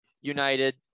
united